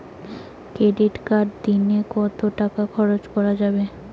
Credit কার্ডে দিনে কত টাকা খরচ করা যাবে?